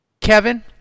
Kevin